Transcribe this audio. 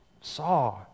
saw